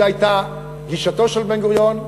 זו הייתה גישתו של בן-גוריון,